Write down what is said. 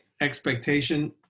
expectation